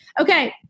Okay